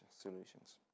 solutions